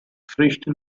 früchten